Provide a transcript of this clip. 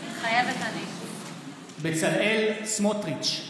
מתחייבת אני בצלאל סמוטריץ'